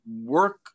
work